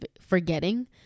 forgetting